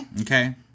okay